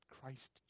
Christ